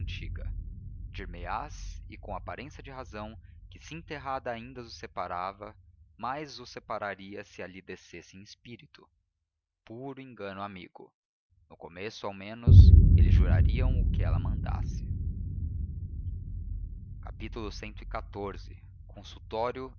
antiga dir me ás e com aparência de razão que se enterrada ainda os separava mais os separaria se ali descesse em espírito puro engano amigo no começo ao menos eles jurariam o que ela mandasse cxiv consultório